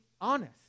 honest